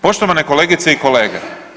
Poštovane kolegice i kolege.